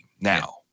now